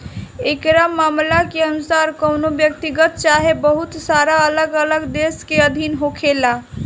एकरा मामला के अनुसार कवनो व्यक्तिगत चाहे बहुत सारा अलग अलग देश के अधीन होखेला